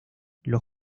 los